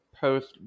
post